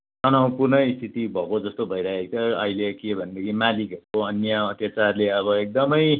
तनावपूर्ण स्थिति भएको जस्तो भइराखेको छ अहिले के भनेदेखि मालिकहरूको अन्याय अत्यचारले अब एकदमै